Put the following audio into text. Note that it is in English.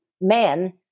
men